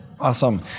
Awesome